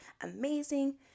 amazing